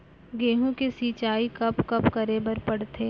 गेहूँ के सिंचाई कब कब करे बर पड़थे?